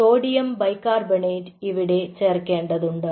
sodium bicarbonate ഇവിടെ ചേർക്കേണ്ടതുണ്ട്